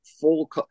full